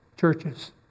churches